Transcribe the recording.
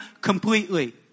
completely